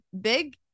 big